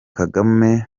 kagame